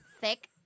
thick